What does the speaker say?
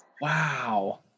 Wow